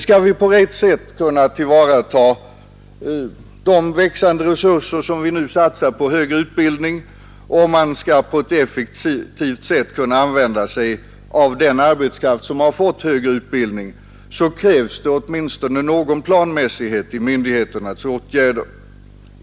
Skall vi på rätt sätt kunna tillvarata de växande resurser som vi nu satsar på högre utbildning, och skall man på ett effektivt sätt kunna använda sig av den arbetskraft som har fått högre utbildning, krävs det åtminstone någon planmässighet i myndigheternas åtgärder.